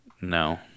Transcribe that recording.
No